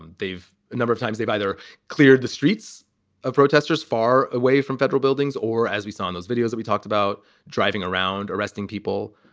and they've a number of times they've either cleared the streets of protesters far away from federal buildings or as we saw in those videos, we talked about driving around, arresting people.